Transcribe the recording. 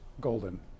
golden